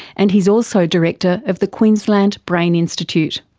and he's also director of the queensland brain institute.